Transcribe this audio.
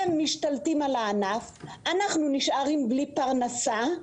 הם משתלטים על הענף, אנחנו נשארים בלי פרנסה,